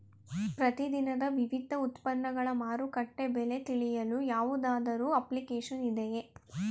ಪ್ರತಿ ದಿನದ ವಿವಿಧ ಉತ್ಪನ್ನಗಳ ಮಾರುಕಟ್ಟೆ ಬೆಲೆ ತಿಳಿಯಲು ಯಾವುದಾದರು ಅಪ್ಲಿಕೇಶನ್ ಇದೆಯೇ?